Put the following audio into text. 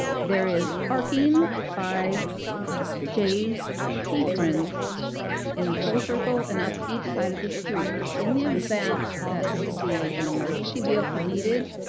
there is parking by jay's patrons in full circle and up each side of the street. in the event that there would be an emergency vehicle needed,